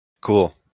Cool